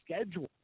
schedule